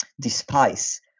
despise